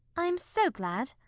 i am so glad.